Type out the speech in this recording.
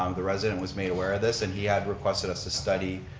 um the resident was made aware of this and he had requested a study,